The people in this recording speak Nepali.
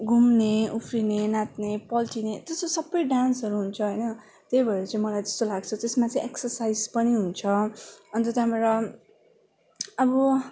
घुम्ने उफ्रिने नाँच्ने पल्टिने त्यस्तो सबै डान्सहरू हुन्छ होइन त्यही भएर चाहिँ मलाई त्यस्तो लाग्छ त्यसमा चाहिँ एक्सरसाइज पनि हुन्छ अन्त त्यहाँबाट अब